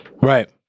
Right